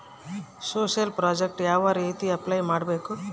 Social project ಯಾವ ರೇತಿ apply ಮಾಡಬೇಕು?